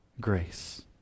grace